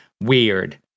weird